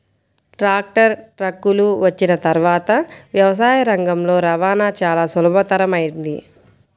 tractor, ట్రక్కులు వచ్చిన తర్వాత వ్యవసాయ రంగంలో రవాణా చాల సులభతరమైంది